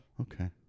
Okay